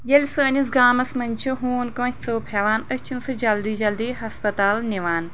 ییٚلہِ سٲنِس گامس منٛز چھ ہوٗن کٲنٛسہِ ژوٚپ ہیٚوان أسۍ چھِن سُہ جلدی جلدی ہسپتال نِوان